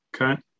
okay